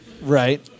Right